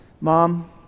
Mom